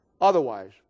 Otherwise